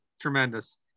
Tremendous